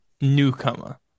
Newcomer